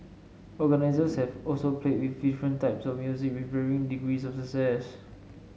organisers have also played with different types of music with varying degrees of success